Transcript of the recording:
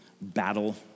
battle